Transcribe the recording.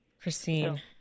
Christine